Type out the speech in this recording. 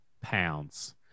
pounds